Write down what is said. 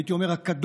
הייתי אומר הקדוש,